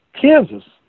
Kansas